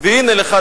והנה לך,